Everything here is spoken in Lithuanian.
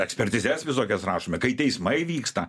ekspertizes visokias rašome kai teismai vyksta